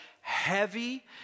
heavy